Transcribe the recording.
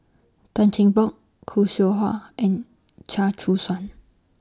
Tan Cheng Bock Khoo Seow Hwa and Chia Choo Suan